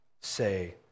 say